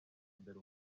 mbere